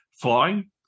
flying